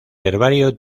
herbario